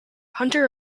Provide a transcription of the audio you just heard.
hunter